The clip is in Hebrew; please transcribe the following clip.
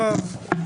יואב.